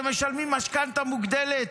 ומשלמים משכנתה מוגדלת.